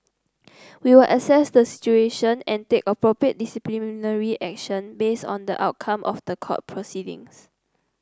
we'll assess the situation and take appropriate disciplinary action based on the outcome of the court proceedings